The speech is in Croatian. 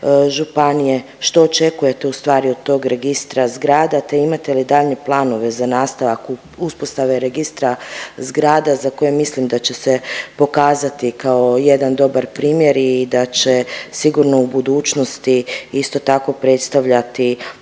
županije, što očekujete ustvari od tog registra zgrada te imate li daljnje planove za nastavak uspostave registra zgrada za koje mislim da će se pokazati kao jedan dobar primjer i da će sigurno u budućnosti isto tako predstavljati